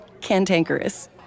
cantankerous